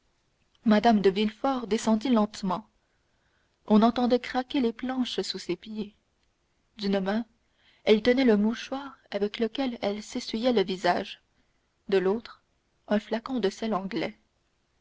mme de villefort descendit lentement on entendait craquer les planches sous ses pieds d'une main elle tenait le mouchoir avec lequel elle s'essuyait le visage de l'autre un flacon de sels anglais